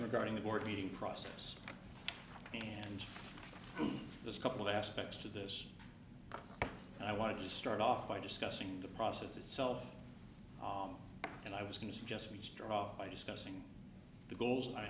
regarding the board meeting process and there's a couple of aspects to this and i want to start off by discussing the process itself and i was going to just reach drop by discussing the goals i